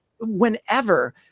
whenever